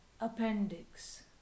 appendix